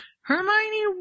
Hermione